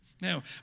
Now